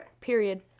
Period